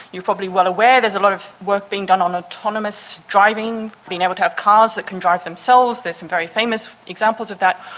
you're probably well aware there's a lot of work being done on autonomous driving, being able to have cars that can drive themselves there's some very famous examples of that,